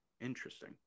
Interesting